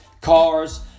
cars